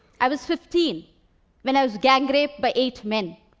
i was fifteen when i was gang-raped by eight men.